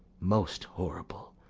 most horrible!